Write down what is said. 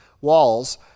walls